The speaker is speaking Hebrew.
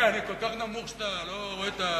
אדוני, אני כל כך נמוך שאתה לא רואה?